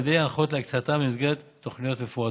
ידי הנחיות להקצאתם במסגרת תוכניות מפורטות.